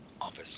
office